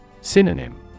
Synonym